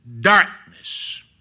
darkness